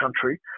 country